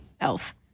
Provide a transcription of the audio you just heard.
elf